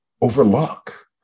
overlook